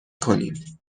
کنیم